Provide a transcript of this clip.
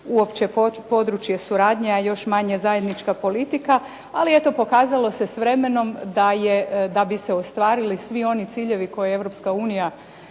uopće područje suradnje, a još manje zajednička politika, ali eto pokazalo se s vremenom da bi se ostvarili svi oni ciljevi koje